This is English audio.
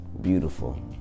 beautiful